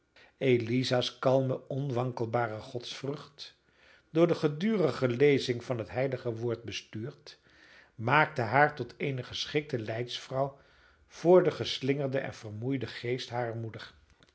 eliza's kalme onwankelbare godsvrucht door de gedurige lezing van het heilige woord bestuurd maakte haar tot eene geschikte leidsvrouw voor den geslingerden en vermoeiden geest harer moeder